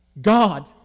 God